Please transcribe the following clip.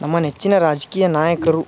ನಮ್ಮ ನೆಚ್ಚಿನ ರಾಜಕೀಯ ನಾಯಕರು